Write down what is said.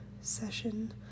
session